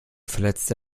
verletzte